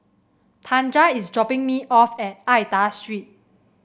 Tanja is dropping me off at Aida Street